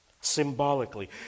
symbolically